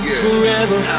forever